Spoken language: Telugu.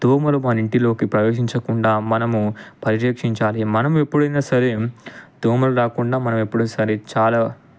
దోమలు మనింటిలోకి ప్రవేశించకుండా మనము పరీక్షించాలి మనం ఎప్పుడయినా సరే దోమలు రాకుండా మనమనం ఎప్పుడు సరే చాలా